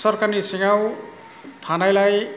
सरखारनि सिङाव थानायलाय